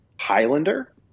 Highlander